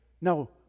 No